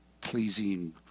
pleasing